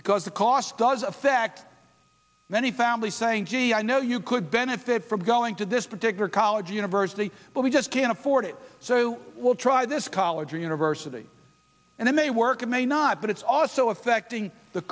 because the cost does affect many families saying gee i know you could benefit from going to this particular college or university but we just can't afford it so we'll try this college or university and it may work it may not but it's also affecting the